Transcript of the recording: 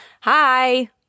Hi